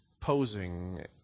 posing